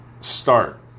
start